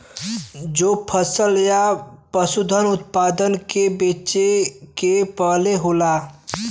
जो फसल या पसूधन उतपादन के बेचे के पहले होला